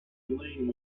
lane